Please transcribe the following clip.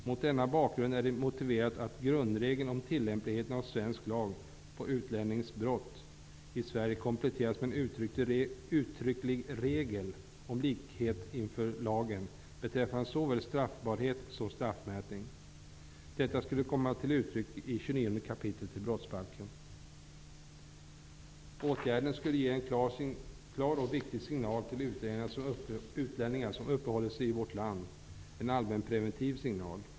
Mot denna bakgrund är det motiverat att grundregeln om tillämpligheten av svensk lag på utlännings brott i Sverige kompletteras med en uttrycklig regel om likhet inför lagen beträffande såväl straffbarhet som straffmätning. Detta skulle kunna komma till uttryck i 29 kap. brottsbalken. Åtgärden skulle ge en klar och viktig signal till utlänningar som uppehåller sig i vårt land, en allmänpreventiv signal.